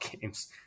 games